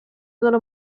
dalla